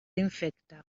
infecta